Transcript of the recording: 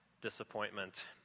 disappointment